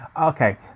okay